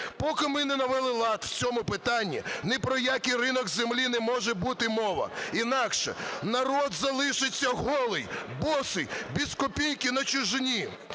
Поки ми не навели лад в цьому питанні, ні про який ринок землі не може бути мови. Інакше народ залишиться голий, босий, без копійки і на чужині.